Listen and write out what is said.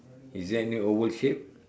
is there any oval shape